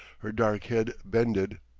her dark head bended,